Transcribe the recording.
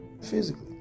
physically